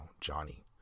Johnny